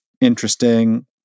interesting